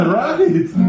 right